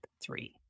three